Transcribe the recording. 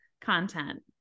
content